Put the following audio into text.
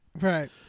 right